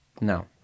No